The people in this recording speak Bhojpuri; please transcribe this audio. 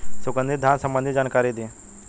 सुगंधित धान संबंधित जानकारी दी?